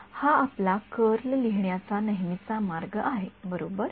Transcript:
हा आपला कर्ल लिहिण्याचा एक नेहमीचा मार्ग आहे बरोबर